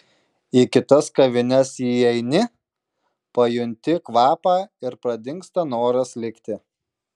į kitas kavines įeini pajunti kvapą ir pradingsta noras likti